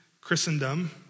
Christendom